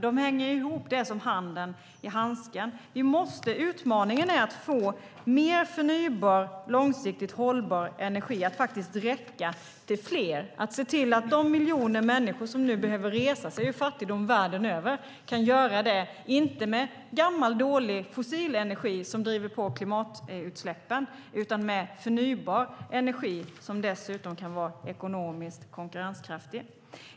De hänger ihop som ler och långhalm. Utmaningen är att få mer förnybar, långsiktigt hållbar energi att faktiskt räcka till fler, att se till att de miljoner människor som nu behöver resa sig ur fattigdom världen över kan göra det, inte med gammal dålig fossilenergi som driver på klimatutsläppen utan med förnybar energi som dessutom kan vara ekonomiskt konkurrenskraftig.